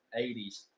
80s